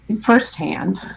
firsthand